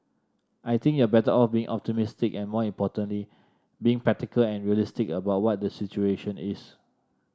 I think you're better off being optimistic and more importantly being practical and realistic about what the situation is